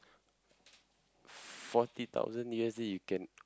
forty thousand U_S_D you can